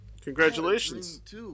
Congratulations